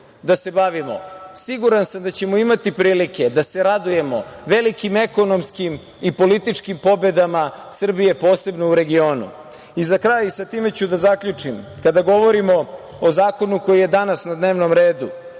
da se bavimo siguran sam da ćemo imati prilike da se radujemo velikim ekonomskim i političkim pobedama Srbije, posebno u regionu.Za kraj, time ću da zaključim, kada govorimo o zakonu koji je danas na dnevnom redu